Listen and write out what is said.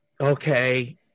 okay